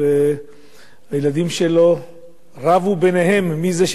והילדים שלו רבו ביניהם מי יהיה זה שיתרום לו.